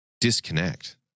disconnect